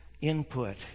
input